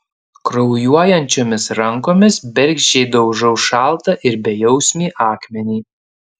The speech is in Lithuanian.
kraujuojančiomis rankomis bergždžiai daužau šaltą ir bejausmį akmenį